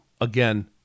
again